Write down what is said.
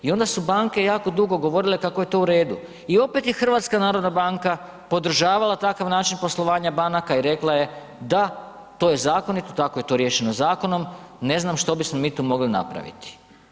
I onda su banke jako dugo govorile kako je to u redu i opet je HNB podržavala takav način poslovanja banaka i rekla je da, to je zakonito, tako je to riješeno zakonom ne znam što bismo mi tu mogli napraviti.